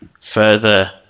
further